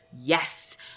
yes